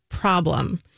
problem